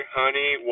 honey